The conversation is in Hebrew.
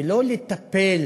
ולא לטפל